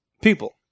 people